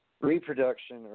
reproduction